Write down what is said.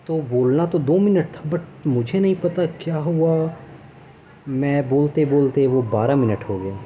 تو بولنا تو دو منٹ تھا بٹ مجھے نہیں پتا کیا ہوا میں بولتے بولتے وہ بارہ منٹ ہو گیا